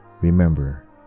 Remember